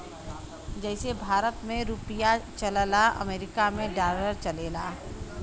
जइसे भारत मे रुपिया चलला अमरीका मे डॉलर चलेला